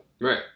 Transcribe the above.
Right